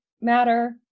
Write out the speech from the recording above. matter